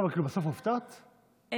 בסוף הופתעת מהאירוע?